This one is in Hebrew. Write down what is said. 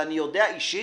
ואני יודע אישית.